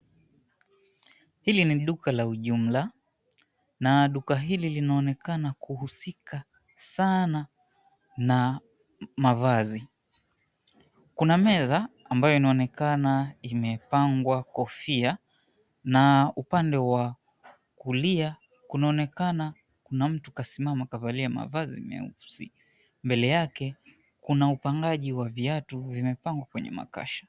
Hili ni duka la ujumla, na duka hili linaonekana kuhusika sana na mavazi. Kuna meza ambayo inaonekana imepangwa kofia, na upande wa kulia kunaonekana kuna mtu kasimama kavalia mavazi meusi. Mbele yake kuna upangaji wa viatu vimepangwa kwenye makasha.